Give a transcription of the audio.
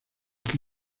que